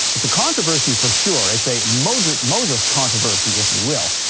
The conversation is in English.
it's a controversy for sure, it's a moses moses controversy if you will,